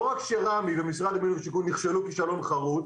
לא רק ש-רמ"י ומשרד הבינוי והשיכון נכשלו כישלון חרוץ,